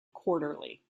quarterly